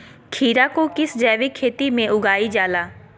खीरा को किस जैविक खेती में उगाई जाला?